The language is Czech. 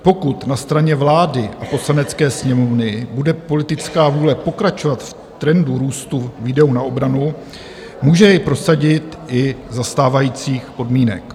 Pokud na straně vlády a Poslanecké sněmovny bude politická vůle pokračovat v trendu růstu výdajů na obranu, může jej prosadit i za stávajících podmínek.